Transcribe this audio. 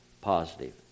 positive